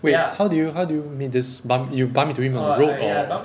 wait how did you how did you meet this bump~ you bump into him on the road or